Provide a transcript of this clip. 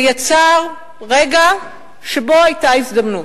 זה יצר רגע שבו היתה הזדמנות,